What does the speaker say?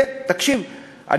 תקשיב,